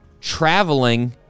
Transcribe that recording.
traveling